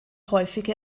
häufige